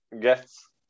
guests